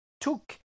took